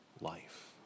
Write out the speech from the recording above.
life